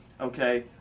Okay